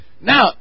Now